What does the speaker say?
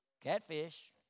Catfish